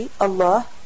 Allah